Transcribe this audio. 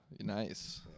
nice